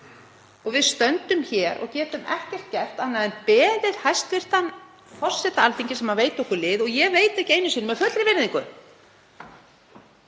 lög. Við stöndum hér og getum ekkert gert annað en beðið hæstv. forseta Alþingis um veita okkur lið. Og ég veit ekki einu sinni, með fullri virðingu